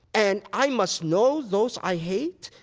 and i must know those i hate?